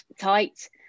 tight